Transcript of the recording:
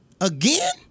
Again